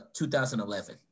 2011